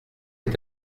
est